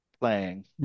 playing